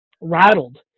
rattled